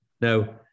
Now